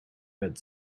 red